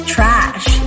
Trash